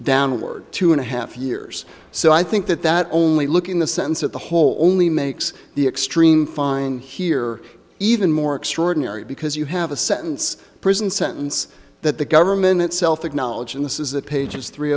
downward two and a half years so i think that that only looking the sense at the whole only makes the extreme find here even more extraordinary because you have a sentence prison sentence that the government itself acknowledged in this is that pages three